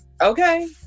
Okay